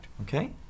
Okay